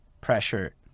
pressure